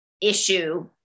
issue